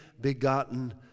begotten